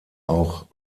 auch